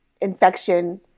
infection